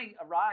arrived